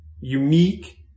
unique